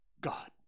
God